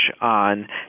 on